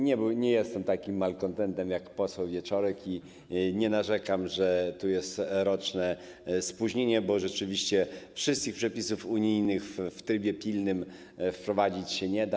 Nie jestem takim malkontentem jak poseł Wieczorek i nie narzekam, że tu jest roczne spóźnienie, bo rzeczywiście wszystkich przepisów unijnych w trybie pilnym wprowadzić się nie da.